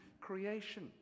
creation